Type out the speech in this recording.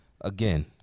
Again